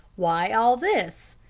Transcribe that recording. why all this?